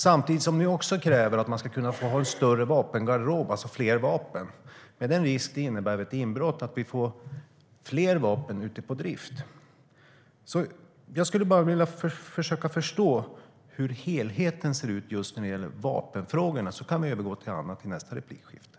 Samtidigt kräver ni att man ska kunna få ha en större vapengarderob, alltså fler vapen. Vid ett inbrott är då risken att vi får fler vapen på drift.